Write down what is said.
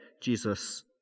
Jesus